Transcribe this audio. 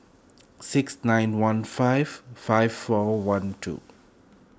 six nine one five five four one two